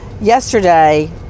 Yesterday